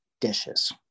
dishes